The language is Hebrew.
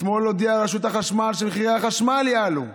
אתמול הודיעה רשות החשמל שמחירי החשמל יעלו.